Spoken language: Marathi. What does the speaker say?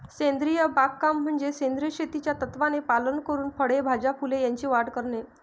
सेंद्रिय बागकाम म्हणजे सेंद्रिय शेतीच्या तत्त्वांचे पालन करून फळे, भाज्या, फुले यांची वाढ करणे